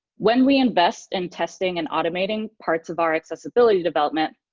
when we invest in testing and automating parts of our accessibility development,